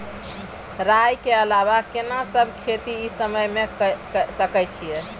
राई के अलावा केना सब खेती इ समय म के सकैछी?